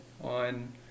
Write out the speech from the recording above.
on